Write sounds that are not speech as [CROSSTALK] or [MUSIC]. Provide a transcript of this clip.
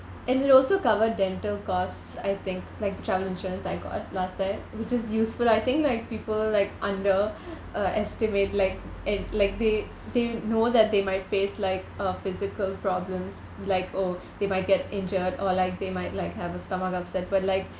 and it also cover dental costs I think like the travel insurance I got last time which is useful I think like people like under [BREATH] uh estimate like and like they they know that they might face like uh physical problems like oh they might get injured or like they might like have a stomach upset but like [BREATH]